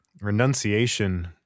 renunciation